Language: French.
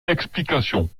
explication